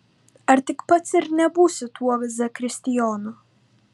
ar tik pats ir nebūsi tuo zakristijonu